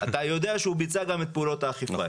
אתה יודע שהוא ביצע גם את פעולות האכיפה.